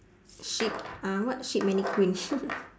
sheep uh what sheep mannequins